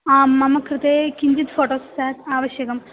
आं मम कृते किञ्चित् फ़ोटो सेट् आवश्यकम्